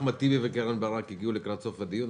אחמד טיבי וקרן ברק הגיעו לקראת סוף הדיון,